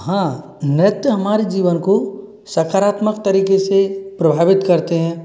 हाँ नृत्य हमारे जीवन को सकारात्मक तरीके से प्रभावित करते हैं